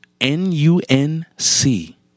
N-U-N-C